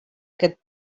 aquest